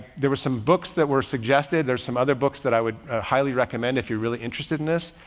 there was some books that were suggested. there's some other books that i would highly recommend if you're really interested in this.